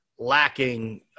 lacking